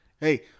hey